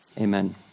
Amen